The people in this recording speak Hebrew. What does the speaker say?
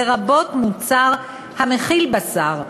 לרבות מוצר המכיל בשר,